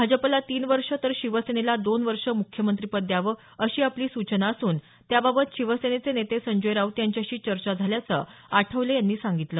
भाजपला तीन वर्ष तर शिवसेनेला दोन वर्ष मुख्यमंत्रीपद द्यावं अशी आपली सूचना असून त्याबाबत शिवसेनेचे नेते संजय राऊत यांच्याशी चर्चा झाल्याचं आठवले यांनी सांगितलं